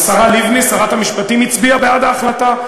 השרה לבני, שרת המשפטים, הצביעה בעד ההחלטה.